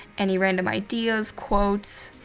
any random ideas quotes.